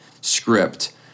script